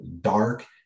dark